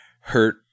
hurt